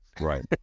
Right